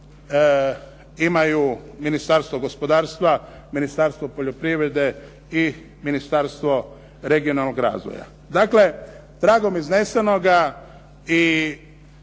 imaju Ministarstvo gospodarstva, Ministarstvo poljoprivrede i Ministarstvo regionalnog razvoja. Dakle, tragom iznesenoga i